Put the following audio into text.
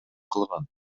кылган